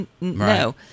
no